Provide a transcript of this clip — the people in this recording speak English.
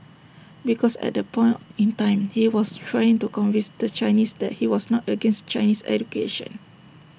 because at that point in time he was trying to convince the Chinese that he was not against Chinese education